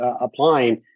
applying